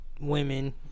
women